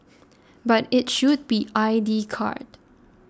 but it should be I D card